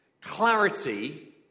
clarity